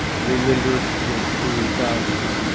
remember your true values.